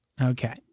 Okay